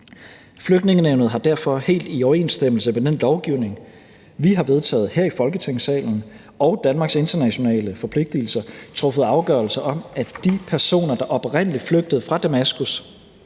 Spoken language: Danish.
Flygtningenævnet har derfor helt i overensstemmelse med den lovgivning, vi har vedtaget her i Folketingssalen, og Danmarks internationale forpligtigelser truffet afgørelse om, at de personer, der oprindelig flygtede fra Damaskus